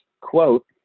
quote